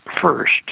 first